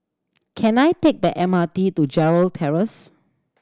can I take the M R T to Gerald Terrace